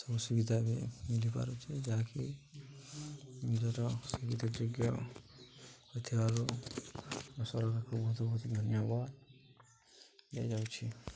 ସବୁ ସୁବିଧା ଏବେ ମିଳିପାରୁଚେ ଯାହାକି ନିଜର ଶଘୀତ ଯୋଗ୍ୟ ହୋଇଥିବାରୁ ସରକାରଙ୍କୁ ବହୁତ ବହୁତ ଧନ୍ୟବାଦ ଦିଆଯାଉଛି